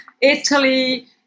Italy